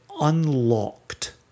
unlocked